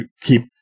keep